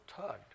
tugged